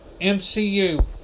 MCU